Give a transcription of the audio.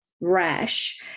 rash